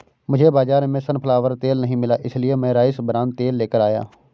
मुझे बाजार में सनफ्लावर तेल नहीं मिला इसलिए मैं राइस ब्रान तेल लेकर आया हूं